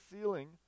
ceiling